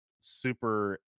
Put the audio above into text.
super